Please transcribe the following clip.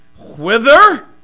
whither